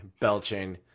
belching